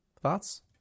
Thoughts